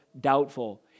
doubtful